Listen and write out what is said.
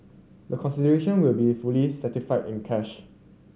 the consideration will be fully satisfied in cash